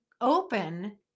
open